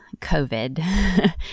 COVID